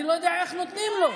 אני לא יודע איך נותנים לו.